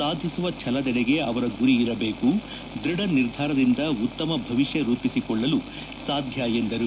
ಸಾಧಿಸುವ ಛಲದೆಡೆಗೆ ಅವರ ಗುರಿಯಿರಬೇಕು ದೃಢ ನಿರ್ಧಾರದಿಂದ ಉತ್ತಮ ಭವಿಷ್ಯ ರೂಪಿಸಿಕೊಳ್ಳಲು ಸಾಧ್ಯ ಎಂದರು